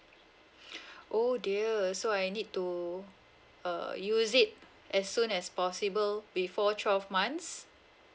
oh dear so I need to uh use it as soon as possible before twelve months